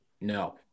No